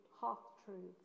half-truths